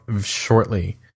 shortly